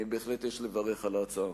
בהחלט יש לברך על ההצעה.